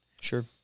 Sure